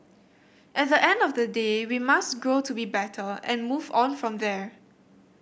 at the end of the day we must grow to be better and move on from there